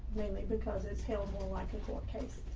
mainly because it's held more likely for cases.